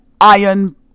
iron